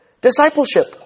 discipleship